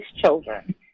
children